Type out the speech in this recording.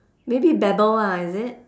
maybe babble ah is it